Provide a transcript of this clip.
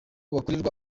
bakorerwa